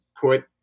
put